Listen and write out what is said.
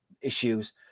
issues